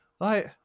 right